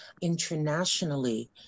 internationally